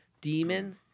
demon